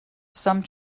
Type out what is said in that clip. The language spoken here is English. some